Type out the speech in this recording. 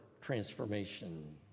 transformation